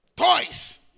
Toys